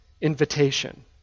invitation